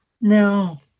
no